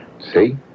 See